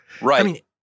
Right